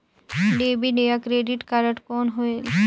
Debit या credit card कौन होएल?